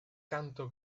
canto